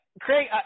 Craig